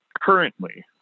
currently